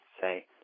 say